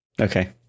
okay